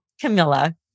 Camilla